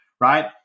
right